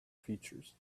features